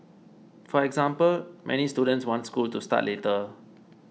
for example many students wants school to start later